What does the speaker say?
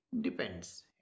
Depends